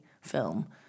film